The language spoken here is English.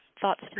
thoughts